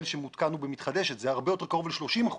שמותקן במתחדשת אלא זה הרבה יותר קרוב ל-30 אחוזים.